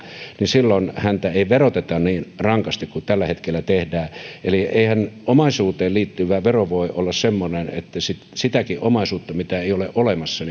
niin silloin häntä ei veroteta niin rankasti kuin tällä hetkellä tehdään eli eihän omaisuuteen liittyvä vero voi olla semmoinen että sitäkin omaisuutta mitä ei ole olemassa